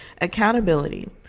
accountability